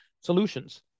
solutions